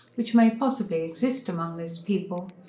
which may possibly exist among this people.